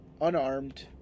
unarmed